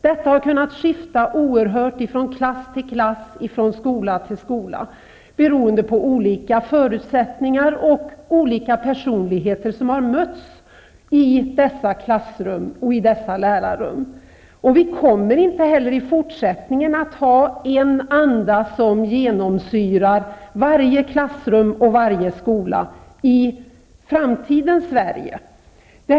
Detta har kunnat skifta oerhört mycket från klass till klass, från skola till skola, beroende på olika förutsättningar och olika personligheter som har mötts i dessa klassrum och i dessa lärarrum. Vi kommer inte heller i fortsättningen att ha en anda som genomsyrar varje klassrum och varje skola i framtidens Sverige.